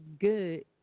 good